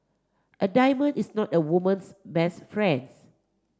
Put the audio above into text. a diamond is not a woman's best friend